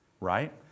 Right